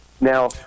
Now